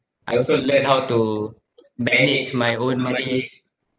I also learned how to manage my own money